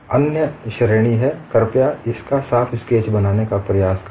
अन्य श्रेणी है कृपया इसका साफ स्केच बनाने का प्रयास करें